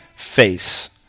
face